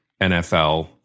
NFL